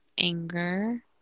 Anger